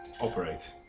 operate